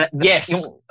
Yes